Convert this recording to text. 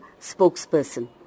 spokesperson